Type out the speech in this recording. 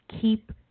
keep